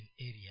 area